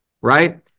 right